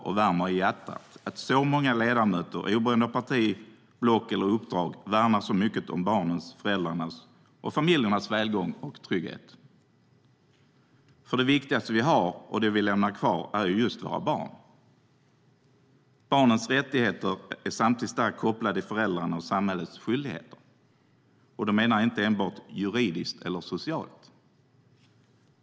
Det värmer i hjärtat att så många ledamöter oberoende av parti, block eller uppdrag så mycket värnar om barnens, föräldrarnas och familjernas välgång och trygghet. Det viktigaste vi har och det vi lämnar kvar är just våra barn. Barnens rättigheter är samtidigt starkt kopplade till föräldrarnas och samhällets skyldigheter. Då menar jag inte enbart juridiskt eller socialt.